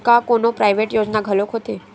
का कोनो प्राइवेट योजना घलोक होथे?